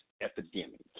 epidemic